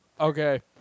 Okay